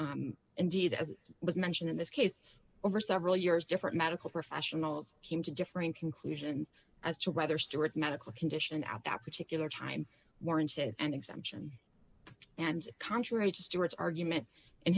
and indeed as was mentioned in this case over several years different medical professionals came to different conclusions as to whether stewart's medical condition at that particular time warranted an exemption and contrary to stewart's argument